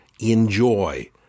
enjoy